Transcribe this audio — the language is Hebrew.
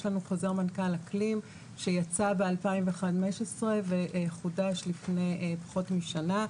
יש לנו חוזר מנכ"ל אקלים שיצא ב-2015 וחודש לפני פחות משנה,